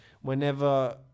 Whenever